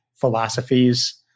philosophies